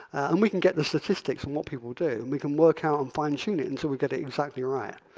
and we can get the statistics on what people do, and we can work out and fine tune it until and so we get it exactly right.